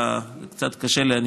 קצת קשה לי,